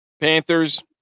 Panthers